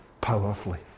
powerfully